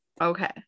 Okay